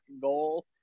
goal